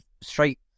straight